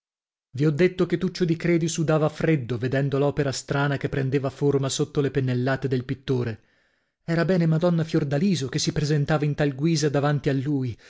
vi ho detto che tuccio di credi sudava freddo vedendo l'opera strana che prendeva forma sotto le pennellate del pittore era bene madonna fiordaliso che si presentava in tal guisa davanti a lui